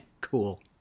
Cool